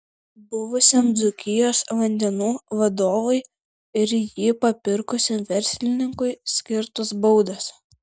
buvusiam dzūkijos vandenų vadovui ir jį papirkusiam verslininkui skirtos baudos